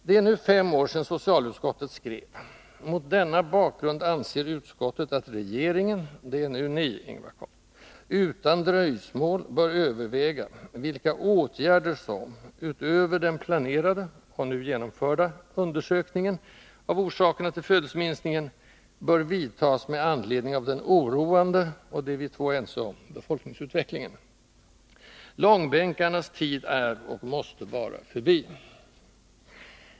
Det är nu fem år sedan socialutskottet skrev: ”Mot denna bakgrund anser utskottet att regeringen” — det är nu ni, Ingvar Carlsson — ”utan dröjsmål bör överväga, vilka åtgärder som — utöver den planerade” — och nu genomförda — ”undersökningen av orsakerna till födelseminskningen — bör vidtas med anledning av den oroande” — det är vi två ense om — ”befolkningsutvecklingen”. Långbän karnas tid är, och måste vara, förbi.